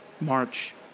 March